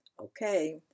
okay